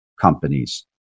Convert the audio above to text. companies